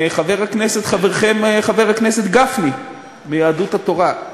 חברכם חבר הכנסת גפני מיהדות התורה.